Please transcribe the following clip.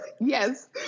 Yes